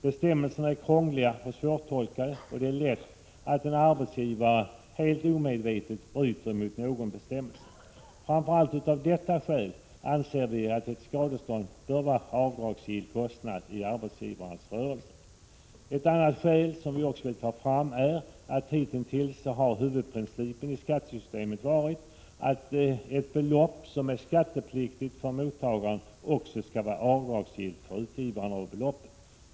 Bestämmelserna är krångliga och svårtolkade, och en arbetsgivare kan lätt, helt omedvetet, bryta mot någon bestämmelse. Framför allt av detta skäl bör ett skadestånd vara avdragsgill kostnad i arbetsgivarens rörelse. Ett annat skäl är att huvudprincipen i skattesystemet hitintills har varit att det belopp som är skattepliktigt för mottagaren också skall vara avdragsgillt för utgivaren av beloppet.